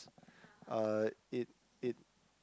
uh it it